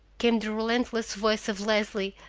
came the relentless voice of leslie,